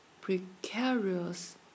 precarious